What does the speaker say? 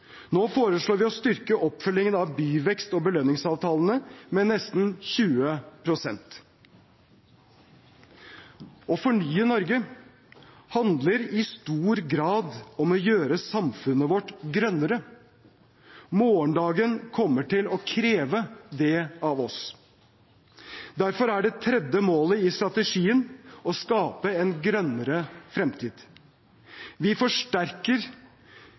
Nå foreslår vi å styrke oppfølgingen av byvekst- og belønningsavtalene med nesten 20 pst. Å fornye Norge handler i stor grad om å gjøre samfunnet vårt grønnere. Morgendagen kommer til å kreve det av oss. Derfor er det tredje målet i strategien å skape en grønnere fremtid. Vi forsterker